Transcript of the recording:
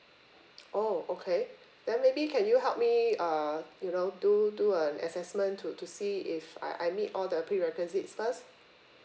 oh okay then maybe can you help me uh you know do do an assessment to to see if I I mean all the prerequisites first